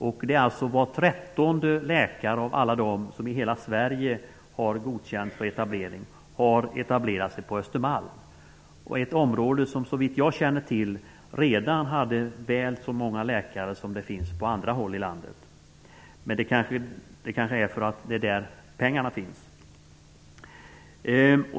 Av alla läkare som godkänts för etablering i Sverige har alltså var trettonde etablerat sig på Östermalm. Det är ett område som såvitt jag känner till redan hade väl så många läkare som det finns på andra håll i landet. Men kanske beror det på att det är där pengarna finns.